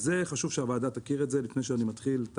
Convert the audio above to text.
חשוב שהוועדה תכיר את זה לפני שאני מתחיל את